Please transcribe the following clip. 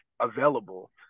available